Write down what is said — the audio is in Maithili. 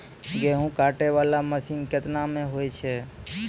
गेहूँ काटै वाला मसीन केतना मे होय छै?